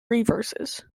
reverses